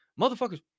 Motherfuckers